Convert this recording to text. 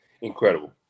incredible